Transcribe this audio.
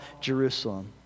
Jerusalem